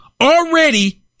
already